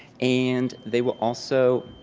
and they will also